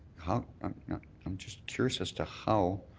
and i'm um just curious as to how